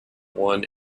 one